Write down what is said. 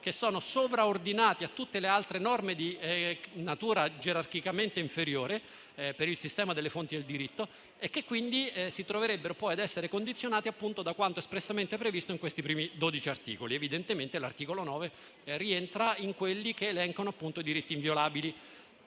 principi sovraordinati a tutte le altre norme di natura gerarchicamente inferiore, per il sistema delle fonti del diritto, che quindi si troverebbero ad essere condizionate da quanto espressamente previsto in questi primi 12 articoli. Evidentemente l'articolo 9 rientra tra quelli che elencano i diritti inviolabili